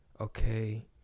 okay